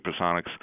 supersonics